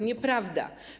Nieprawda.